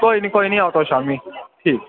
कोई नेईं कोई नेईं आओ तुस शामी ठीक